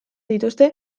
dituzte